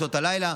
בשעות לילה,